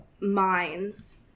minds